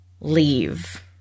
leave